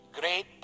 great